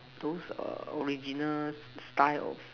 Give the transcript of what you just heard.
those err original style